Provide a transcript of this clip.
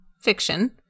Fiction